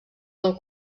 del